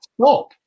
stop